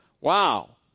Wow